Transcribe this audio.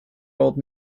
old